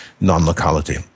non-locality